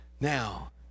Now